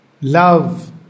love